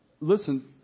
Listen